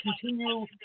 continue